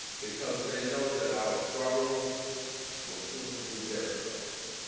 because they know that our struggles will soon be their struggles.